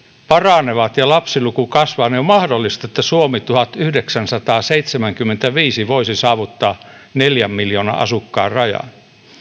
paranevat ja lapsiluku kasvaa on mahdollista että suomi tuhatyhdeksänsataaseitsemänkymmentäviisi voisi saavuttaa neljän miljoonan asukkaan rajan